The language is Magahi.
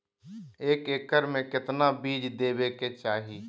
एक एकड़ मे केतना बीज देवे के चाहि?